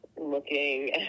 looking